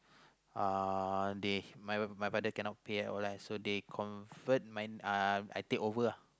uh they my my father cannot pay at all lah so they convert my uh I take over lah